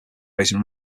raising